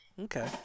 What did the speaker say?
Okay